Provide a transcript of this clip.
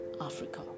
Africa